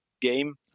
game